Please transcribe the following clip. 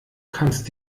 kannst